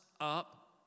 up